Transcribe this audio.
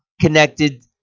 connected